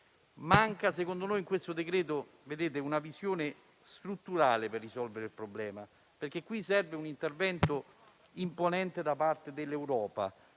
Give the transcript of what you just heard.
Manca, a nostro parere, in questo decreto, una visione strutturale per risolvere il problema, perché serve un intervento imponente da parte dell'Europa;